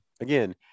again